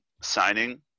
signing